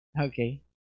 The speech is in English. Okay